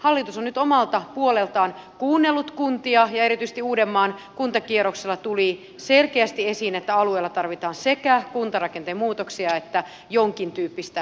hallitus on nyt omalta puoleltaan kuunnellut kuntia ja erityisesti uudenmaan kuntakierroksella tuli selkeästi esiin että alueella tarvitaan sekä kuntarakenteen muutoksia että jonkin tyyppistä metropolihallintoa